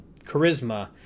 charisma